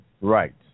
Right